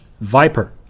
Viper